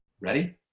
ready